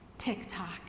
TikTok